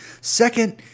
Second